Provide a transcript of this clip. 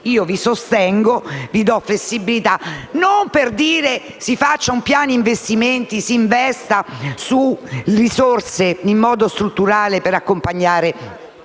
io vi sostengo, vi do flessibilità», ma non per dire che si faccia un piano di investimenti, si investa con risorse in modo strutturale per accompagnare